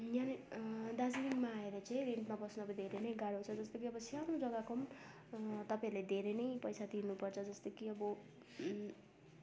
यानि दार्जिलिङमा आएर चाहिँ रेन्टमा बस्नको धेरै नै गाह्रो छ जस्तो कि अब सानो जग्गाको पनि तपाईँहरूले धेरै नै पैसा तिर्नुपर्छ जस्तो कि अब